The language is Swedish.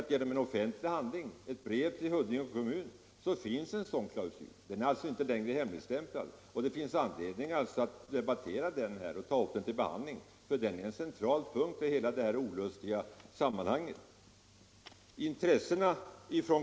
Genom en offentlig handling, ett brev till Huddinge kommun, har vi nu fått klarhet i att det finns en sådan klausul. Den är alltså inte längre hemligstämplad. Det finns anledning att ta upp den till behandling och debattera den. Det är den centrala punkten i hela detta olustiga sammanhang.